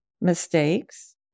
mistakes